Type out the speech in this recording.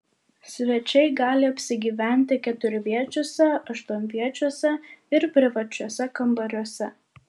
svečiai gali apsigyventi keturviečiuose aštuonviečiuose ir privačiuose kambariuose